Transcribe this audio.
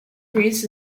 priests